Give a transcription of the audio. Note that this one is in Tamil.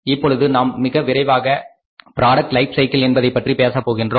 இப்பொழுது நாம் மிக விரைவாக ப்ராடக்ட் லைட் சைக்கிள் என்பதைப் பற்றி பேசப் போகின்றோம்